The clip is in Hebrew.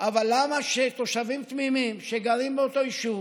אבל למה שתושבים תמימים שגרים באותו יישוב